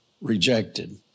rejected